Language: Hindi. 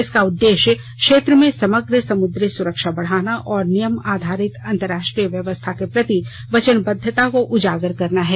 इसका उद्देश्य क्षेत्र में समग्र समुद्री सुरक्षा बढ़ाना और नियम आधारित अंतरराष्ट्रीय व्यवस्था के प्रति वचनबद्वता को उजागर करना है